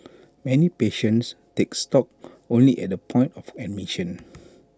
many patients take stock only at the point of admission